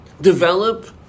develop